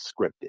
scripted